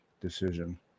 decision